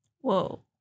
Whoa